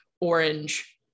orange